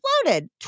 exploded